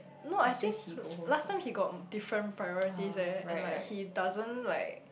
no I think last time he got different priorities eh and like he doesn't like